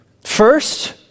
First